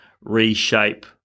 reshape